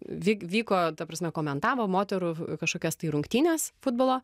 vyk vyko ta prasme komentavo moterų kažkokias tai rungtynes futbolo